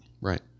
Right